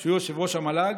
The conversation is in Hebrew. שהוא יושב-ראש המל"ג,